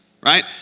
right